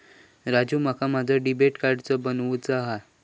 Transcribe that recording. राजू, माका माझा debit card बनवूचा हा